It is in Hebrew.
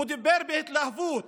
הוא דיבר בהתלהבות